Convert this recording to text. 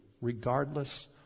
regardless